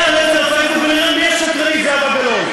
הוא מייצג את ה"חמאס"?